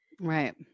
right